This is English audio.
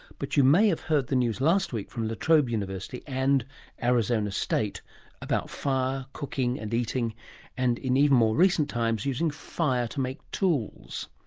but you may have heard the news last week from la trobe university and arizona state about fire, cooking and eating and, in even more recent times, using fire to make tools.